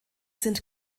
sind